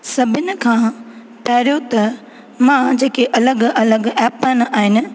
सभिनि खां पहिरियों त मां जेके अलॻि अलॻि ऐपनि आहिनि